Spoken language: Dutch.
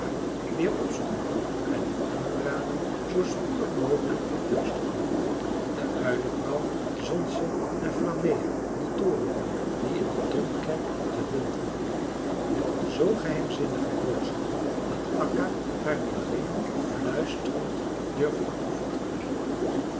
weer opzoeken wou en hun aanraden zoo spoedig mogelijk weer thuis te komen de uilevrouw zond ze naar flammea de torenuil die in de domkerk te lund woonde met een zoo geheimzinnige boodschap dat akka haar die alleen fluisterend durfde toevertrouwen